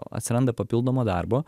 atsiranda papildomo darbo